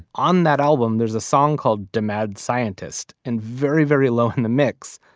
on that album, there's a song called the mad scientist and very, very low in the mix,